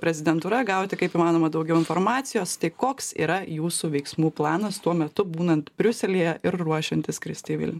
prezidentūra gauti kaip įmanoma daugiau informacijos tai koks yra jūsų veiksmų planas tuo metu būnant briuselyje ir ruošiantis skristi į vilnių